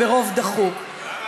ברוב דחוק.